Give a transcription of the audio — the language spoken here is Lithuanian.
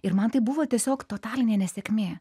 ir man tai buvo tiesiog totalinė nesėkmė